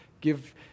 give